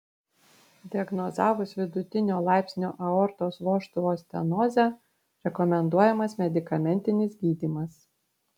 diagnozavus vidutinio laipsnio aortos vožtuvo stenozę rekomenduojamas medikamentinis gydymas